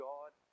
God